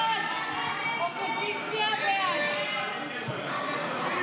ההסתייגויות לסעיף